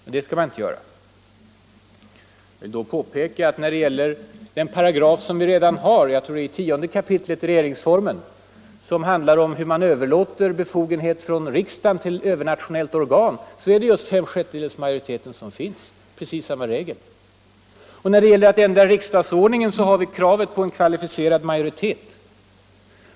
Men samma gäller för den paragraf i 10 kap. i regeringsformen som handlar om hur man överlåter befogenhet från riks dagen till övernationellt organ — där är det just fem sjättedelars majoritet som krävs. När det gäller att ändra riksdagsordningen har vi också kravet på kvalificerad majoritet.